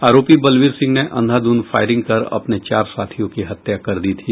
आरोपी बलवीर सिंह ने अंधाधुंध फायरिंग कर अपने चार साथियों की हत्या कर दी थी